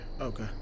okay